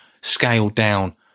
scaled-down